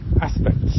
aspects